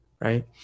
right